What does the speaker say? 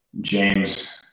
James